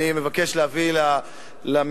אני מבקש להביא לפני המליאה,